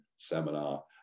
seminar